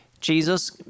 Jesus